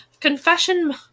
confession